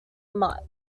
mutt